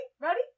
Ready